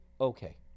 okay